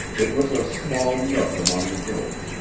it was a small nook among the hills,